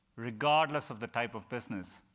regardless of the type of business,